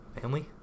Family